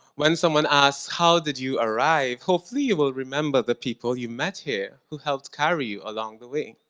when someone asks how did you arrive, hopefully you will remember the people you met here who helped carry you along the way.